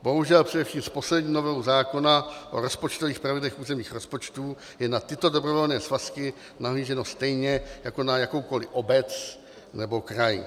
Bohužel především s poslední novelou zákona o rozpočtových pravidlech územních rozpočtů je na tyto dobrovolné svazky nahlíženo stejně jako na jakoukoli obec nebo kraj.